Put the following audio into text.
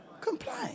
complain